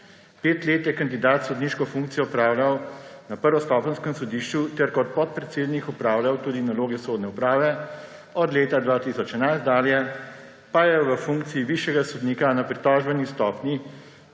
Pet let je kandidat sodniško funkcijo opravljal na prvostopenjskem sodišču ter kot podpredsednik opravljal tudi naloge sodne uprave, od leta 2011 dalje pa je v funkciji višjega sodnika na pritožbeni stopnji,